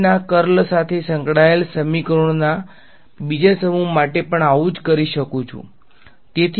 ના કર્લ સાથે સંકળાયેલા સમીકરણોના બીજા સમૂહ માટે પણ આવું જ કરી શકું છું